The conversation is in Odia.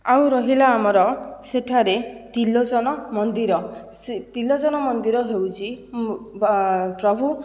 ଆଉ ରହିଲା ଆମର ସେଠାରେ ତ୍ରିଲୋଚନ ମନ୍ଦିର ତ୍ରିଲୋଚନ ମନ୍ଦିର ହେଉଛି ପ୍ରଭୁ